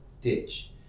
ditch